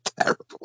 terrible